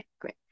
great